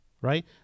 right